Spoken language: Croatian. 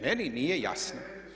Meni nije jasno.